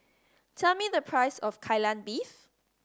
tell me the price of Kai Lan Beef